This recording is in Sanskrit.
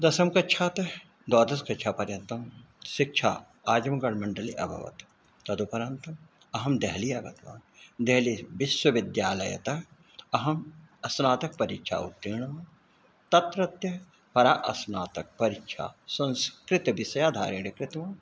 दशमकक्षातः द्वादशकक्षापर्यन्तं शिक्षा आजुंगड्मण्डले अभवत् तदुपरन्तम् अहं डेहली आगतवान् देहली विश्वविद्यालयतः अहं स्नातकपरीक्षाम् उत्तीर्णः तत्रत्य परा स्नातकपरीक्षा संस्कृतविषयाधारेण कृत्वा